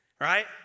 right